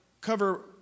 cover